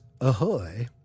ahoy